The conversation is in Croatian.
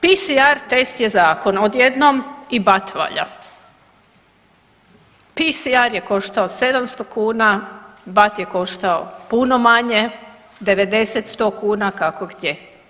PCR test je zakon odjednom i BAT valja, PCR je koštao 700 kuna, BAT je koštao puno manje, 90, 100 kuna kako gdje.